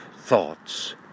thoughts